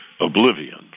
oblivion